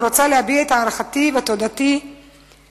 ורוצה להביע את הערכתי ואת תודתי ליוזמה